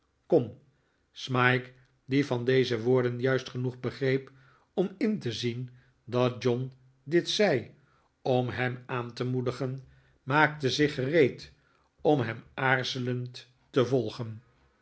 kom smike die van deze woorden juist genoeg begreep om in te zien dat john dit zei om hem aan te moedigen maakte zich gereed om hem aarzelend te volgen